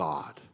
God